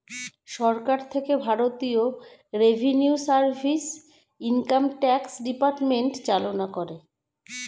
সরকার থেকে ভারতীয় revenue service, income tax department চালনা করে